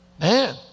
Man